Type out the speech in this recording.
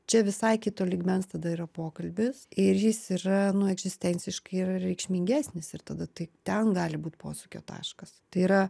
čia visai kito lygmens tada yra pokalbis ir jis yra nu egzistenciškai yra reikšmingesnis ir tada tai ten gali būt posūkio taškas tai yra